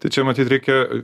tai čia matyt reikia